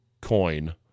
coin